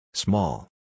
Small